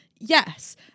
Yes